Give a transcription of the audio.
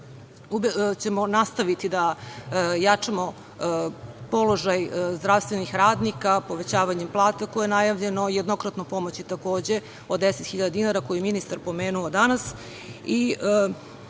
ćemo nastaviti da jačamo položaj zdravstvenih radnika povećavanjem plata koje je najavljeno, jednokratnom pomoći takođe od 10.000 dinara koju je ministar pomenuo